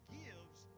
gives